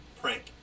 prank